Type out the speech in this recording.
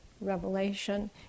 revelation